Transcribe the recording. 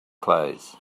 clothes